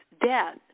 death